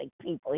people